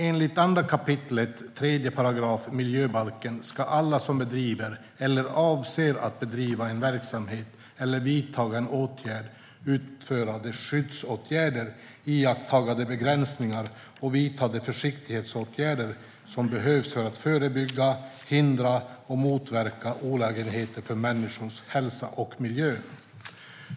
Enligt 2 kap. 3 § miljöbalken ska alla som bedriver eller avser att bedriva en verksamhet eller vidta en åtgärd utföra de skyddsåtgärder, iaktta de begränsningar och vidta de försiktighetsåtgärder som behövs för att förebygga, hindra och motverka olägenheter för människors hälsa och miljön.